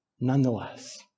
nonetheless